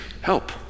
help